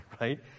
right